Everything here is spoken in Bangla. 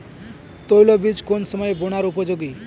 তৈল বীজ কোন সময় বোনার উপযোগী?